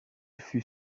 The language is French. fut